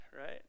right